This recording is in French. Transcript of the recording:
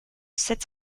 sept